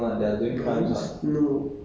gangster monks then what they do